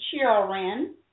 children